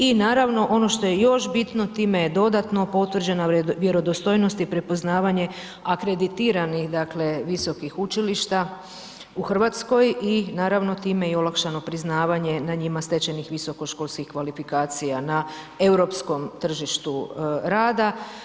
I naravno ono što je još bitno time je dodatno potvrđena vjerodostojnost i prepoznavanje akreditiranih, dakle visokih učilišta u Hrvatskoj i naravno time i olakšano priznavanje na njima stečenih visokoškolskih kvalifikacija na europskom tržištu rada.